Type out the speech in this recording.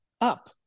up